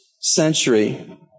century